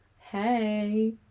hey